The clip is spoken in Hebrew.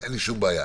אין לי שום בעיה.